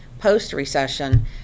post-recession